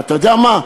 ואתה יודע מה,